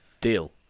Deal